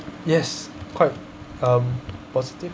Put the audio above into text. yes quite um positive